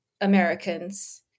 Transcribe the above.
Americans